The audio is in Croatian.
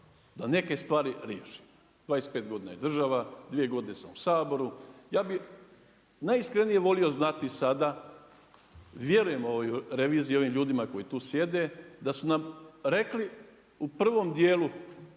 da neke stvari riješimo? 25 godina je država, 2 godine sam u Saboru. Ja bih najiskrenije volio znati sada, vjerujem reviziji, ovim ljudima koji tu sjede da su nam rekli u prvom dijelu